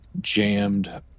jammed